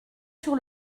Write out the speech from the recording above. sur